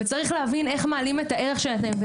וצריך להבין איך מעלים את הערך שלהן,